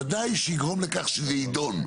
ודאי שזה יגרום לכך שזה יידון.